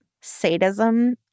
sadism